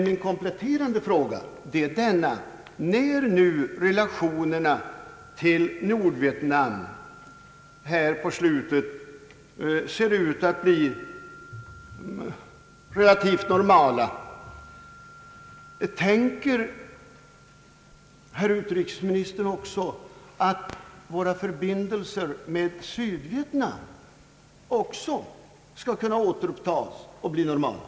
Min kompletterande fråga är emellertid följande: När nu relationerna till Nordvietnam så här i slutskedet ser ut att bli relativt normala, tänker herr utrikesministern då vidta åtgärder för att våra förbindelser med Sydvietnam också skall kunna återupptas och bli normala?